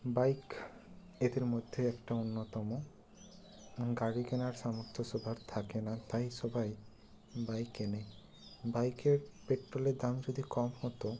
bike এদের মধ্যে একটা অন্যতম গাড়ি কেনার সামর্থ্য সবার থাকে না তাই সবাই বাইক কেনে বাইকের পেট্রলের দাম যদি কম হতো